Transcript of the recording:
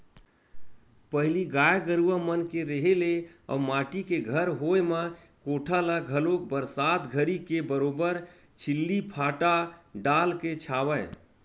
पहिली गाय गरुवा मन के रेहे ले अउ माटी के घर होय म कोठा ल घलोक बरसात घरी के बरोबर छिल्ली फाटा डालके छावय